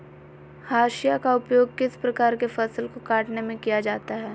हाशिया का उपयोग किस प्रकार के फसल को कटने में किया जाता है?